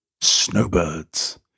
Snowbirds